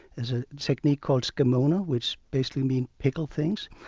there's a technique called tsukemono, which basically means pickle things.